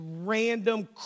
random